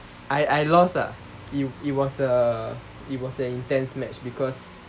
I I lost ah it was a it was an intense match because